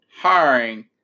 hiring